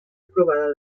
aprovada